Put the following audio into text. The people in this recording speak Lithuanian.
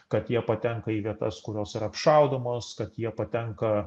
kad jie patenka į vietas kurios yra apšaudomos kad jie patenka